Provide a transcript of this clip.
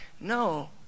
No